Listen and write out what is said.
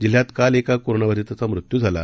जिल्ह्यात काल एका कोरोनाबधिताचा मृत्यू झाला